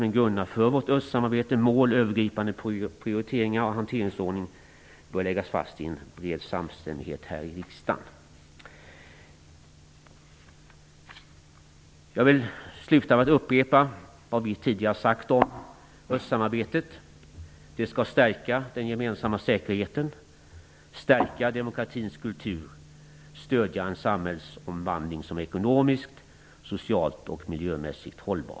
Men grunderna för vårt östsamarbete -- mål, övergripande prioriteringar och hanteringsordning -- bör läggas fast i en bred samstämmighet här i riksdagen. Jag vill upprepa det vi tidigare har sagt om östsamarbetet. Det skall - stärka den gemensamma säkerheten, - stärka demokratins kultur och - stödja en samhällsomvandling som är ekonomiskt, socialt och miljömässigt hållbar.